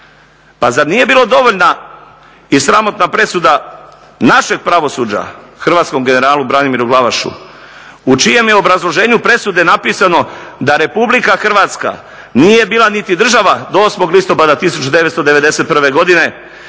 Pa zar nije bila dovoljna i sramotna presuda našeg pravosuđa hrvatskom generalu Branimiru Glavašu u čijem je obrazloženju presude napisano da Republika Hrvatska nije bila niti država do 8. listopada 1991. godine